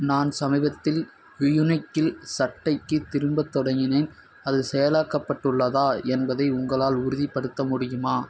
நான் சமீபத்தில் வியூனிக்கில் சட்டைக்கு திரும்பத் தொடங்கினேன் அது செயலாக்கப்பட்டுள்ளதா என்பதை உங்களால் உறுதிப்படுத்த முடியுமா